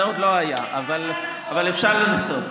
זה עוד לא היה, אבל אפשר לנסות.